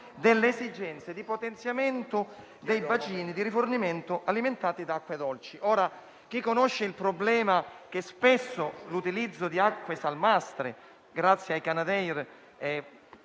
«delle esigenze di potenziamento dei bacini di rifornimento alimentati da acque dolci». Si conosce il problema che spesso l'utilizzo di acque salmastre, grazie ai Canadair,